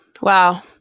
wow